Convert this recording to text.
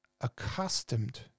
accustomed